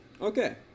Okay